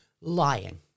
lying